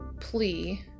plea